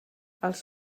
els